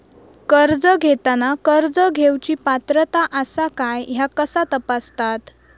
कर्ज घेताना कर्ज घेवची पात्रता आसा काय ह्या कसा तपासतात?